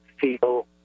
feel